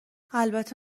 البته